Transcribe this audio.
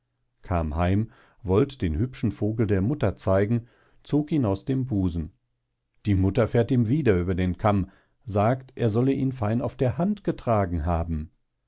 kam heim wollt den hübschen vogel der mutter zeigen zog ihn aus dem busen die mutter fährt ihm wieder über den kamm sagt er sollte ihn fein auf der hand getragen haben